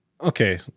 okay